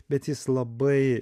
bet jis labai